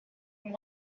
what